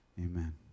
Amen